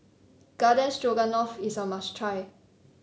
Garden Stroganoff is a must try